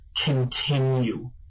continue